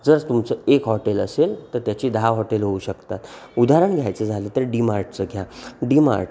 जर तुमचं एक हॉटेल असेल तर त्याची दहा हॉटेलं होऊ शकतात उदाहरण घ्यायचं झालं तर डी मार्टचं घ्या डी मार्ट